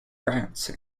france